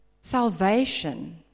salvation